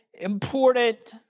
important